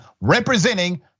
representing